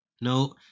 no